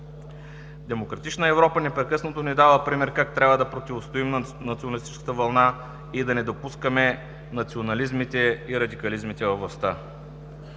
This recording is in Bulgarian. Демократична Европа непрекъснато ни дава примери как трябва да противостоим на националистическата вълна и да не допускаме национализми и радикализми във властта.